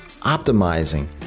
optimizing